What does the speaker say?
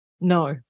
No